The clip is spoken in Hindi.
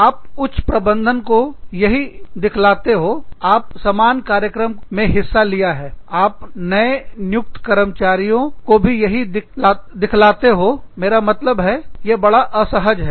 आप उच्च प्रबंधन को यही दिख लाते हो आप समान कार्यक्रम में हिस्सा लिया है आप नए नियुक्त कर्मचारियों को भी यही दिख लाते हो मेरा मतलब है यह बड़ा असहज है